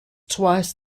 twice